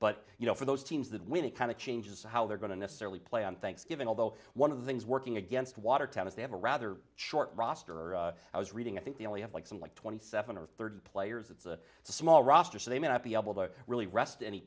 but you know for those teams that win it kind of changes how they're going to necessarily play on thanksgiving although one of the things working against watertown is they have a rather short roster i was reading i think the only have like some like twenty seven or thirty players it's a small roster so they may not be able to really rest any